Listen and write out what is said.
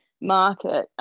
market